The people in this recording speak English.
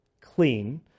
clean